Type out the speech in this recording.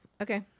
Okay